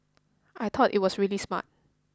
I thought it was really smart